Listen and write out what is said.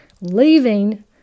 leaving